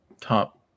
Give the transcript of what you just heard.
top